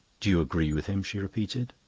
do you agree with him? she repeated.